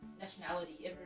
nationality